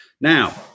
Now